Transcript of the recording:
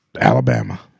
Alabama